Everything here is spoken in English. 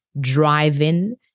driving